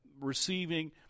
receiving